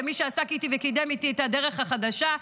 כמי שעסק איתי וקידם איתי את "הדרך החדשה",